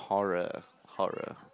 horror horror